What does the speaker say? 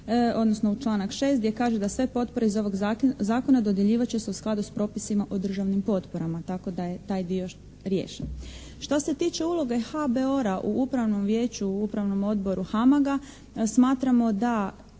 odnosno u članak 6. gdje kaže da sve potpore iz ovog zakona dodjeljivat će se u skladu s propisima o državnim potporama, tako da je taj dio riješen. Što se tiče uloge HBOR-a u Upravnom vijeću, u Upravnom odboru HAMAG-a smatramo da